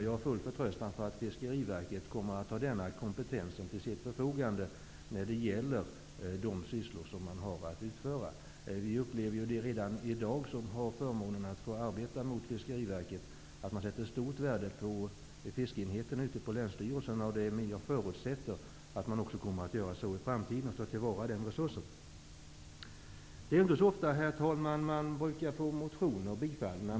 Jag har full förtröstan för att Fiskeriverket kommer att ha denna kompetens till sitt förfogande när det gäller de sysslor som man har att utföra. Vi som har förmånen att få arbeta mot Fiskeriverket upplever ju redan i dag att man sätter stort värde på fiskeenheterna vid länsstyrelserna. Jag förutsätter att man också i framtiden kommer att tillvarata den resursen. Det är inte så ofta, herr talman, som man får motioner bifallna.